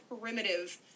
primitive